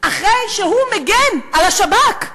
אחרי שהוא מגן על השב"כ,